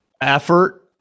effort